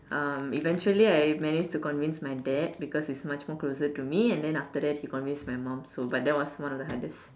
uh eventually I managed to convince my dad because he's much more closer to me and then after that he convinced my mom so but that was one of the hardest